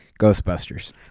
Ghostbusters